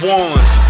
ones